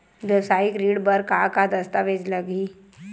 वेवसायिक ऋण बर का का दस्तावेज लगही?